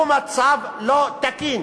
הוא מצב לא תקין.